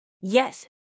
Yes